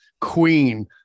Queen